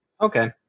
Okay